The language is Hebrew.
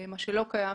מה שלא קיים